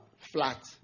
flat